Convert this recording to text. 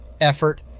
effort